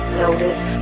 notice